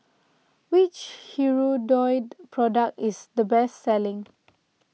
which Hirudoid product is the best selling